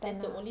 then ah